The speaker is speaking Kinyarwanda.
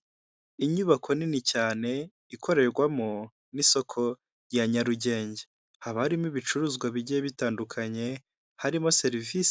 Abagabo batatu aho bicaye umwuka umwe akaba yambaye ikote ry'umukara ndetse akaba yambayemo n'ishati y'ubururu, abandi babiri bakaba bambaye amashati y'mweru, aho buri wese